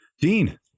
Dean